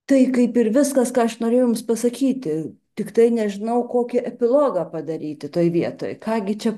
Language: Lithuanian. tai kaip ir viskas ką aš norėjau jums pasakyti tiktai nežinau kokį epilogą padaryti toj vietoj ką gi čia